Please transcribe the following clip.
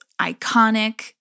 Iconic